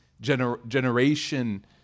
generation